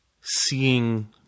seeing